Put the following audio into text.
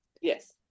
Yes